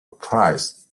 prize